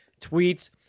tweets